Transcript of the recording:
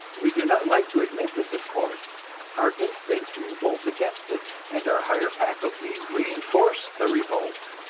we do not like to admit this, of course our instincts revolt against it, and our higher faculties reinforce the revolt,